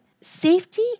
safety